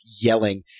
yelling